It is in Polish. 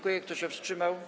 Kto się wstrzymał?